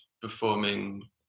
performing